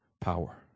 power